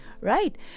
right